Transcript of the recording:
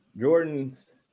Jordan's